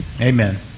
Amen